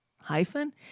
hyphen